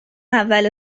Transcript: اول